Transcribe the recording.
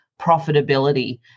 profitability